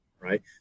right